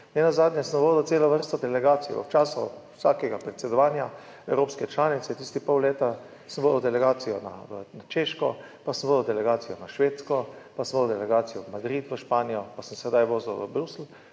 nenazadnje sem vodil celo vrsto delegacij v času vsakega predsedovanja evropske članice, tiste pol leta sem vodil delegacijo na Češko, pa sem vodil delegacijo na Švedsko pa sem vodil delegacijo v Madrid, v Španijo pa sem sedaj vozil v Bruselj,